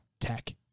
Tech